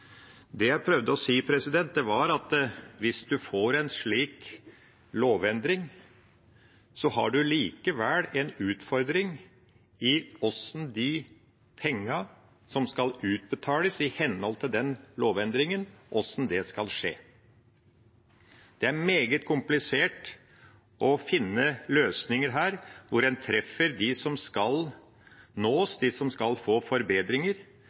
Det jeg prøvde å si, var at hvis en får en slik lovendring, har en likevel en utfordring med hensyn til hvordan de pengene skal utbetales i henhold til den lovendringen. Det er meget komplisert å finne løsninger her hvor en treffer dem som skal nås, dem som skal få forbedringer,